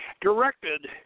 directed